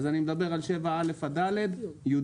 אז אני מדבר על 7(א) עד (ד), (יא)